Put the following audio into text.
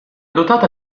dotata